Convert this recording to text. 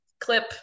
Clip